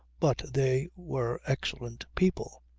but they were excellent people.